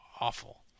awful